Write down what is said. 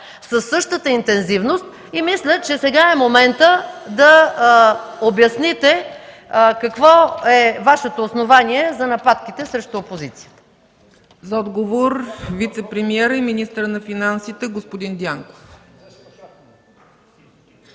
със същата интензивност и мисля, че сега е моментът да обясните какво е Вашето основание за нападките срещу опозицията.